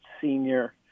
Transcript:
senior